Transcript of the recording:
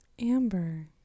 Amber